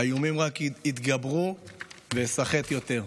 האיומים רק יתגברו ואיסחט יותר.